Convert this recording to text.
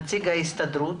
נציג ההסתדרות,